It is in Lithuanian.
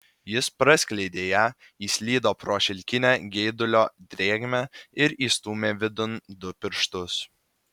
jis praskleidė ją įslydo pro šilkinę geidulio drėgmę ir įstūmė vidun du pirštus